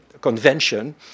convention